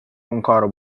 اونکارو